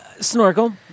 Snorkel